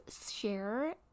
share